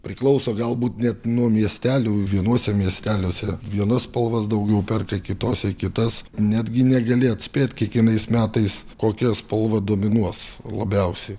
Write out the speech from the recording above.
priklauso galbūt net nuo miestelių vienuose miesteliuose vienas spalvas daugiau perka kitose kitas netgi negali atspėt kiekvienais metais kokia spalva dominuos labiausiai